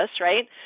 right